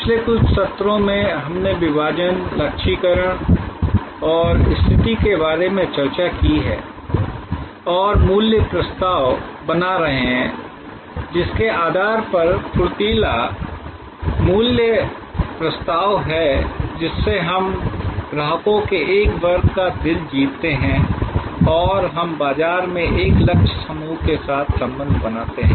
पिछले कुछ सत्रों में हमने विभाजन लक्ष्यीकरण और स्थिति के बारे में चर्चा की है और मूल्य प्रस्ताव बना रहे हैं जिसके आधार पर फुर्तीला मूल्य प्रस्ताव है जिससे हम ग्राहकों के एक वर्ग का दिल जीतते हैं और हम बाजार में एक लक्ष्य समूह के साथ संबंध बनाते हैं